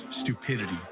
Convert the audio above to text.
stupidity